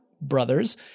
Brothers